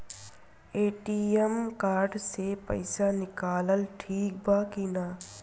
ATM card से पईसा निकालल ठीक बा की ना?